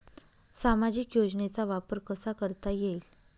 सामाजिक योजनेचा वापर कसा करता येईल?